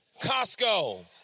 Costco